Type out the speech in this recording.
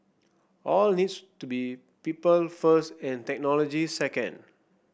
all needs to be people first and technology second